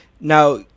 now